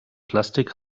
plastik